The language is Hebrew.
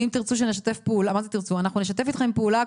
אנחנו נשתף אתכם פעולה,